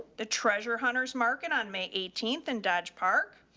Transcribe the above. the treasure hunters market on may eighteenth and dodge park,